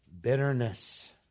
bitterness